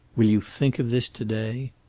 will you think of this to-day?